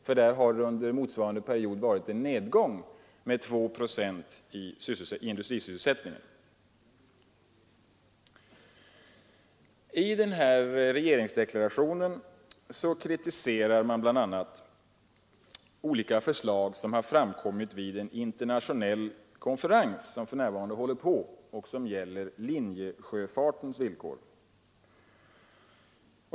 Där har det nämligen under motsvarande period varit en nedgång i sysselsätt I regeringsdeklarationen kritiserar man bl.a. olika förslag som framkommit vid en internationell konferens angående linjesjöfartens villkor som för närvarande pågår.